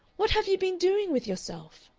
what have you been doing with yourself.